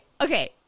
okay